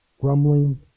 grumbling